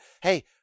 Hey